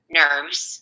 nerves